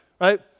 right